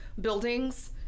buildings